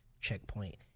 checkpoint